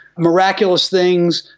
miraculous things,